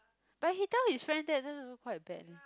but he tell his friends that then also quite bad eh